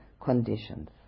conditions